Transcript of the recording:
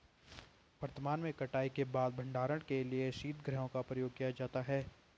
वर्तमान में कटाई के बाद भंडारण के लिए शीतगृहों का प्रयोग किया जाता है